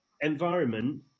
environment